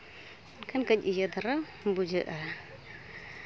ᱮᱱᱠᱷᱟᱱ ᱠᱟᱹᱡ ᱤᱭᱟᱹ ᱫᱷᱟᱨᱟ ᱵᱩᱡᱷᱟᱹᱜᱼᱟ